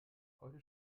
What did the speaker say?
heute